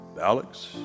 Alex